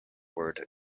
word